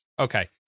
Okay